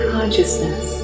Consciousness